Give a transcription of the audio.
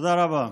תודה רבה.